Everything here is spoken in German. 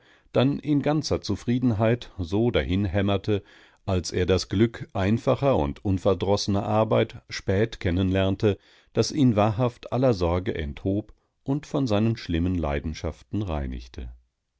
dann in ganzer zufriedenheit so dahin hämmerte als er das glück einfacher und unverdrossener arbeit spät kennen lernte das ihn wahrhaft aller sorge enthob und von seinen schlimmen leidenschaften reinigte